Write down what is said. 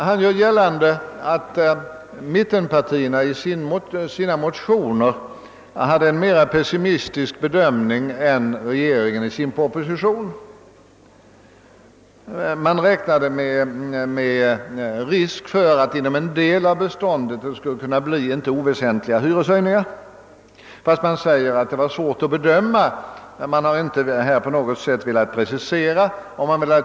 Han gör gällande att mittenpartierna i sina motioner hade givit uttryck för en mera pessimistisk bedömning än regeringen i sin proposition gjort. Vi räknade med risken för att det inom en del av beståndet skulle kunna bli inte oväsentliga hyreshöjningar men framhöll att storleken var svårt att bedöma. Motionerna försökte inte på något sätt precisera den eventuella stegringens storlek.